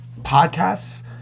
podcasts